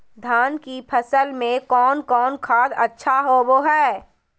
धान की फ़सल में कौन कौन खाद अच्छा होबो हाय?